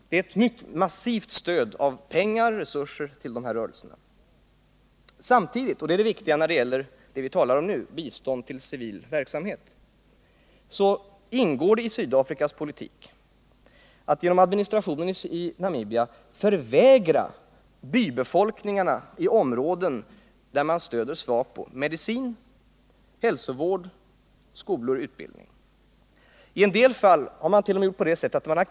Det går ett massivt stöd i form av pengar och andra resurser till de grupperna. På samma gång — och det är det viktiga när det gäller det vi talar om nu: bistånd till civil verksamhet — ingår det i Sydafrikas politik att genom administrationen i Namibia förvägra bybefolkningarna i områden där SWAPO har stöd medicin, hälsovård, skolor och utbildning. I en del fall har mant.o.m.